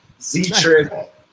Z-Trip